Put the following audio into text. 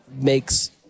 makes